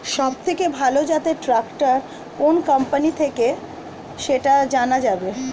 সবথেকে ভালো জাতের ট্রাক্টর কোন কোম্পানি থেকে সেটা জানা যাবে?